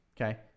Okay